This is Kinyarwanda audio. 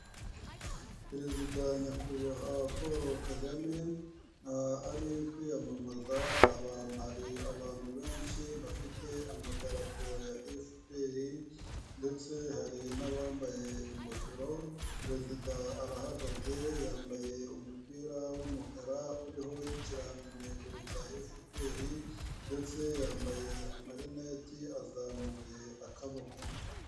Perezida nyakubahwa Paul Kagame ari kwiyamamaza, hari abantu benshi bafite amadarapo ya FPR ndetse hari n'abambaye ingofero, perezida arahagaze yambaye umupira w'umukara uriho ikirangantego cya FPR ndetse yambaye amarineti azamuye akaboko.